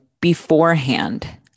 beforehand